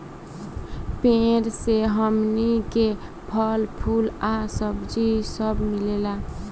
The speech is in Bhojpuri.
पेड़ से हमनी के फल, फूल आ सब्जी सब मिलेला